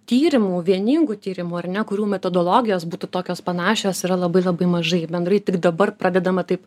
tyrimų vieningų tyrimų ar ne kurių metodologijos būtų tokios panašios yra labai labai mažai bendrai tik dabar pradedama taip